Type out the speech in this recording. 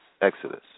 Exodus